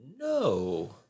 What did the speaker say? No